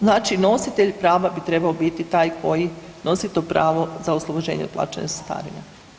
Znači nositelj prava bi trebao biti taj koji nosi to pravo za oslobođenje od plaćanja cestarine.